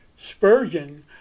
Spurgeon